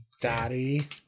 daddy